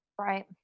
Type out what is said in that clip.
Right